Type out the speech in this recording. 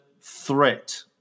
threat